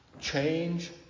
change